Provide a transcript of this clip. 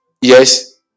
Yes